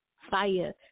fire